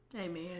Amen